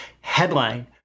headline